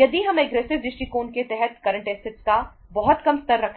यदि हम एग्रेसिव का स्तर